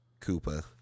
Koopa